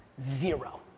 zero.